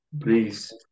Please